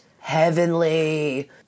heavenly